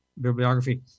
bibliography